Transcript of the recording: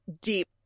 deep